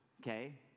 Okay